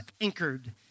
anchored